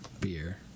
beer